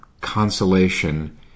consolation